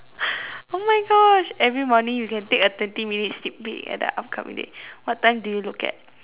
oh my gosh every morning you can take a twenty minute sneak peek at the upcoming day what time do you look at